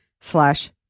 slash